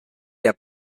der